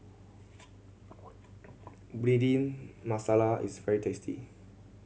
Bhindi Masala is very tasty